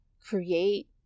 create